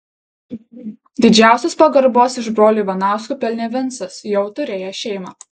didžiausios pagarbos iš brolių ivanauskų pelnė vincas jau turėjęs šeimą